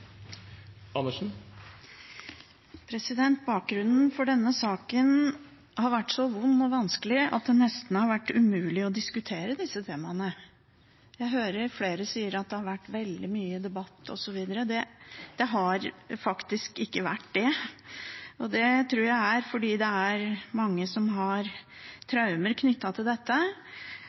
Bakgrunnen for denne saken har vært så vond og vanskelig at det nesten har vært umulig å diskutere disse temaene. Jeg hører at flere sier at det har vært veldig mye debatt, men det har faktisk ikke vært det. Det tror jeg er fordi det er mange som har traumer knyttet til dette.